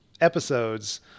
episodes